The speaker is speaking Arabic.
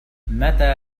متى